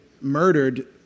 murdered